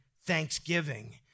thanksgiving